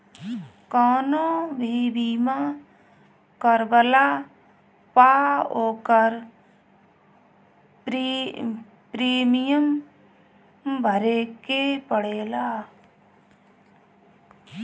कवनो भी बीमा करवला पअ ओकर प्रीमियम भरे के पड़ेला